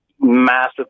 massive